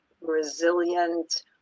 resilient